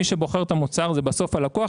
מי שבוחר את המוצר בסוף זה הלקוח.